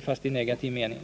— fast i negativ mening.